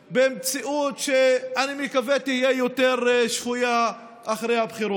במציאות שאני מקווה שתהיה יותר שפויה אחרי הבחירות.